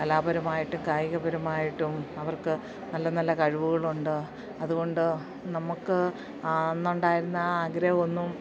കലാപരമായിട്ടും കായികപരമായിട്ടും അവർക്ക് നല്ല നല്ല കഴിവുകളുണ്ട് അതുകൊണ്ട് നമുക്ക് ആ അന്നുണ്ടായിരുന്ന ആ ആഗ്രഹം ഒന്നും